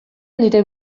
nire